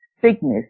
sickness